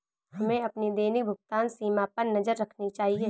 हमें अपनी दैनिक भुगतान सीमा पर नज़र रखनी चाहिए